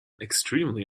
extremely